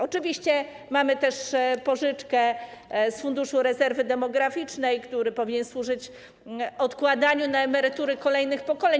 Oczywiście mamy też pożyczkę z Funduszu Rezerwy Demograficznej, który powinien służyć odkładaniu na emerytury kolejnych pokoleń.